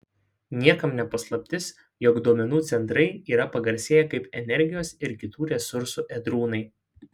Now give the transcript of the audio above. niekam ne paslaptis jog duomenų centrai yra pagarsėję kaip energijos ir kitų resursų ėdrūnai